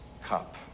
cup